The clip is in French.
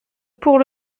pour